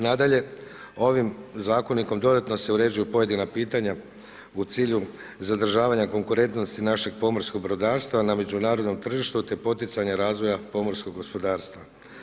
Nadalje, ovim zakonikom dodatno se uređuju pojedina pitanja u cilju zadržavanja konkurentnosti našeg pomorskog brodarstva na međunarodnom tržištu te poticanja razvoja pomorskog gospodarstva.